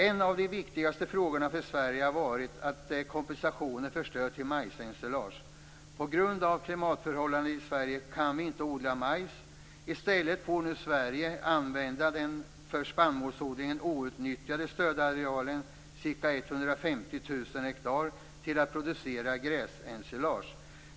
En av de viktigaste frågorna för Sverige har gällt en kompensation för stödet till majsensilage. På grund av klimatförhållandena i Sverige kan vi inte odla majs. I stället får nu Sverige använda den för spannmålsodling outnyttjade stödarealen, ca 150 000 hektar, till att producera gräsensilage.